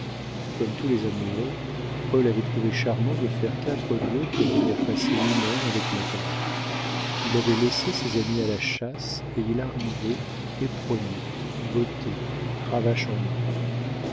comme tous les amoureux paul avait trouvé charmant de faire quatre lieues pour venir passer une heure avec natalie il avait laissé ses amis à la chasse et il arrivait éperonné botté cravache en